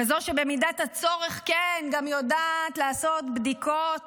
כזו שבמידת הצורך גם יודעת לעשות בדיקות